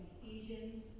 Ephesians